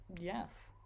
Yes